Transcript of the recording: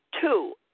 two